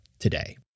Today